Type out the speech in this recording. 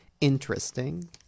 interesting